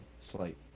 slate